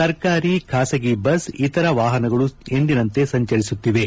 ಸರ್ಕಾರಿ ಸೇರಿದಂತೆ ಖಾಸಗಿ ಬಸ್ ಇತರ ವಾಹನಗಳು ಎಂದಿನಂತೆ ಸಂಚರಿಸುತ್ತಿವೆ